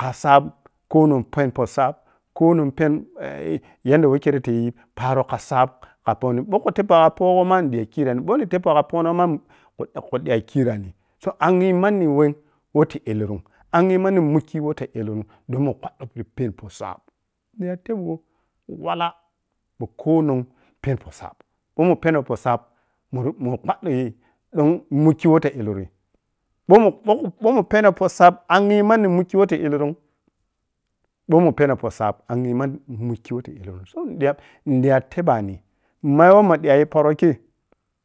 kha sab konong pɛni poh sab, konang peni yadda wei kerre tayi paro kha sab kha pohni ɓou khu tebpou kha ma kha pohgho a ni diging ta khirani, ma ni tebpou khapoh noh ma khu dayi ta khirani so angyi manni wem woh ti illirum angyi manni mukki’m woh illurum domin mun kpaddo pidi pɛni poh sab miya tebgho wala ɓou konong pɛni poh sabi ɓou mun peni poh sab muru-mun kpaddi yi donkwo manni mukki weh ta illurum, ɓou mun koh ɓou mun pɛni poh sab angyi manni mukki wei ta saki illurum ɓou mun pɛno poh sab angyi manni mukki weh ta illuru’m so, nidiya, nidiya tebani meh ma woh mara yigi poro kei